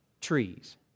trees